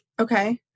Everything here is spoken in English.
Okay